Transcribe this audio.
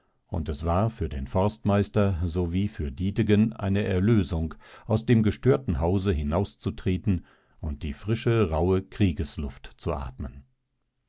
und es war für den forstmeister sowie für dietegen eine erlösung aus dem gestörten hause hinauszutreten und die frische rauhe kriegesluft zu atmen